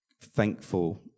thankful